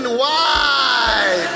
wide